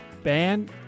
ban